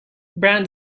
brand